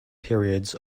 periods